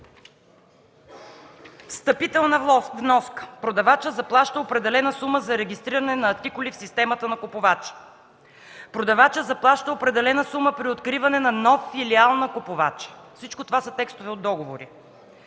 встъпителна вноска – продавачът заплаща определена сума за регистриране на артикули в системата на купувача; - продавачът заплаща определена сума при откриване на нов филиал на купувача; Всичко това са текстове от договори.